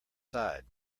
side